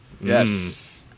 Yes